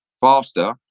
faster